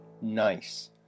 Nice